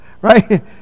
Right